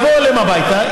שיבואו אליהם הביתה,